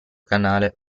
canale